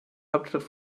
hauptstadt